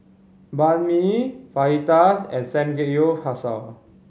Banh Mi Fajitas and Samgeyopsal